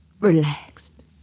relaxed